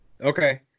Okay